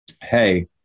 hey